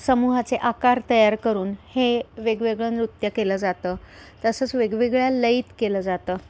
समूहाचे आकार तयार करून हे वेगवेगळं नृत्य केलं जातं तसंच वेगवेगळ्या लयीत केलं जातं